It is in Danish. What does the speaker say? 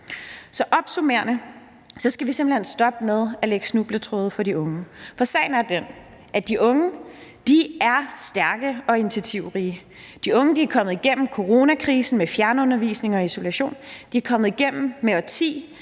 vi simpelt hen skal stoppe med at lægge snubletråde for de unge, for sagen er den, at de unge er stærke og initiativrige. De unge er kommet gennem coronakrisen med fjernundervisning og isolation; de er kommet igennem et årti